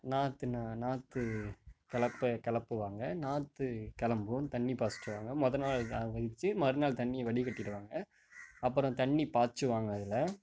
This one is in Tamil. நாற்று நாற்று கிளப்பை கிளப்புவாங்க நாற்று கிளம்பும் தண்ணி பாய்ச்சுவாங்க மொதல் நாள் வச்சு மறுநாள் தண்ணியை வடிகட்டிவிடுவாங்க அப்புறம் தண்ணி பாய்ச்சுவாங்க அதில்